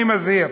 אני מזהיר